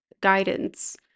guidance